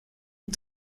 est